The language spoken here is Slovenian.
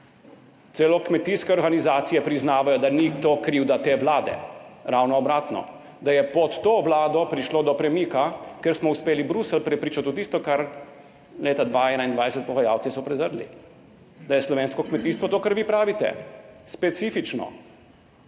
celo kmetijske organizacije priznavajo, da ni to krivda te vlade, ravno obratno, da je pod to vlado prišlo do premika, ker smo uspeli Bruselj prepričati v tisto, kar so leta 2021 pogajalci prezrli, da je slovensko kmetijstvo to, kar vi pravite, specifično,